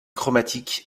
chromatique